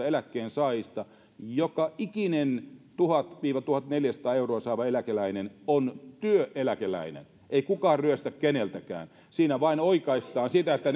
eläkkeensaajista joka ikinen tuhat viiva tuhatneljäsataa euroa saava eläkeläinen on työeläkeläinen ei kukaan ryöstä keneltäkään siinä vain oikaistaan sitä että